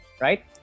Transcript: right